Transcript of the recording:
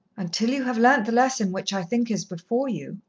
until you have learnt the lesson which i think is before you,